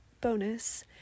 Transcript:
bonus